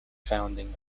founding